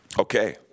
Okay